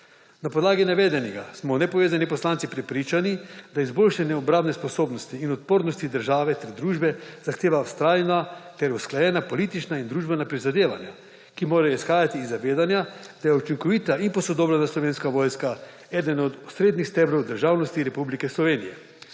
Na podlagi navedenega smo nepovezani poslanci prepričani, da izboljšanje obrambne sposobnosti in odpornosti države ter družbe zahteva vztrajna ter usklajena politična in družbena prizadevanja, ki morajo izhajati iz zavedanja, da je učinkovita in posodobljena Slovenska vojska eden o osrednjih stebrov državnosti Republike Slovenije